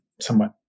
somewhat